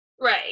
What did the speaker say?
Right